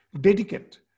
dedicate